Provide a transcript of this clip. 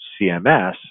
CMS